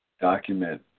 Document